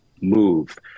move